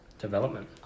Development